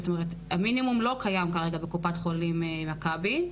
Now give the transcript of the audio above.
המינימום לא קיים כרגע בקופת חולים מכבי.